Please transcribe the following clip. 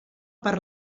per